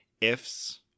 ifs